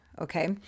okay